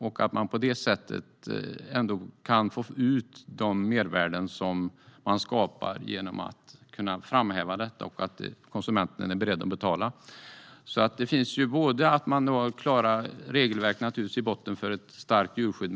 Man kan på det sättet få ut de mervärden som man skapar genom att kunna framhäva detta, och konsumenten är beredd att betala. Det handlar om att det i botten finns klara regelverk och ett starkt djurskydd.